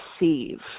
receive